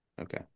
Okay